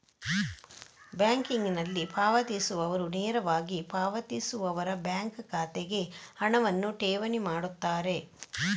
ಬ್ಯಾಂಕಿಂಗಿನಲ್ಲಿ ಪಾವತಿಸುವವರು ನೇರವಾಗಿ ಪಾವತಿಸುವವರ ಬ್ಯಾಂಕ್ ಖಾತೆಗೆ ಹಣವನ್ನು ಠೇವಣಿ ಮಾಡುತ್ತಾರೆ